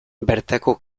bertako